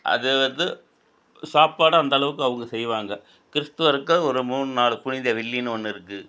அதை வந்து சாப்பாடு அந்தளவுக்கு அவங்க செய்வாங்க கிறிஸ்துவருக்கு ஒரு மூணு நாலு புனித வெள்ளின்னு ஒன்று இருக்குது